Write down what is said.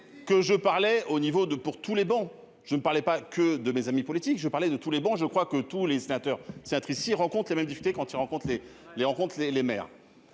que je parlais au niveau de pour tous les bancs, je ne parlais pas que de mes amis politiques, je parlais de tous les bancs, je crois que tous les sénateurs théâtre ici rencontre les même quand il rencontre les les